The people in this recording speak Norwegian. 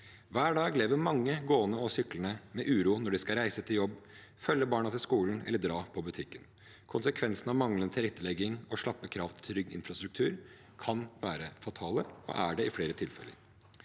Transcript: Hver dag lever mange gående og syklende med uro når de skal reise til jobb, følge barna til skolen eller dra på butikken. Konsekvensene av manglende tilrettelegging og slappe krav til trygg infrastruktur kan være fatale – og er det i flere tilfeller.